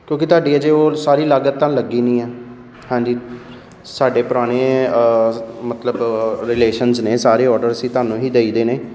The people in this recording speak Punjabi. ਕਿਉਂਕਿ ਤੁਹਾਡੀ ਅਜੇ ਉਹ ਸਾਰੀ ਲਾਗਤ ਤਾਂ ਲੱਗੀ ਨਹੀਂ ਹੈ ਹਾਂਜੀ ਸਾਡੇ ਪੁਰਾਣੇ ਮਤਲਬ ਰਿਲੇਸ਼ਨਜ਼ ਨੇ ਸਾਰੇ ਔਡਰ ਅਸੀਂ ਤੁਹਾਨੂੰ ਹੀ ਦੇਈ ਦੇ ਨੇ